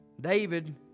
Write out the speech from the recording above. David